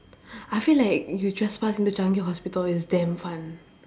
I feel like you trespass into Changi Hospital is damn fun